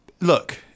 Look